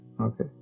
Okay